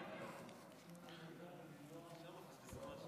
זה יותר קרוב לי.